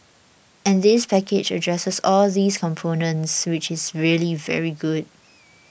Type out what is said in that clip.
and this package addresses all those components which is really very good